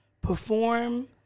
perform